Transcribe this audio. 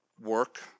work